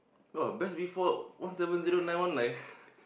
oh best before one seven zero nine one nine